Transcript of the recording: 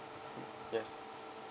yes